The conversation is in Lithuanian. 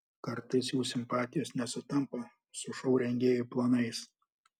kartais jų simpatijos nesutampa su šou rengėjų planais